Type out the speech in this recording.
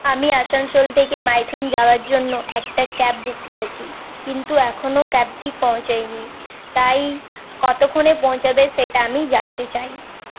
আমি আসানসোল থেকে মাইথন যাওয়ার জন্য একটা ক্যাব বুক করেছি কিন্তু এখনও ক্যাবটি পৌঁছয়নি তাই কতক্ষণে পৌঁছবে সেটা আমি জানতে চাই